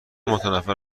متنفر